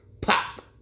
Pop